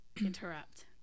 interrupt